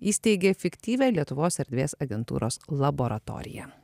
įsteigė fiktyvią lietuvos erdvės agentūros laboratoriją